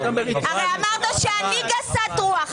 הרי אמרת שאני גסת רוח.